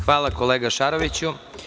Hvala, kolega Šaroviću.